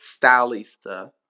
stylista